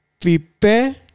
prepare